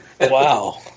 Wow